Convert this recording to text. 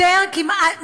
כרגע.